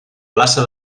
plaça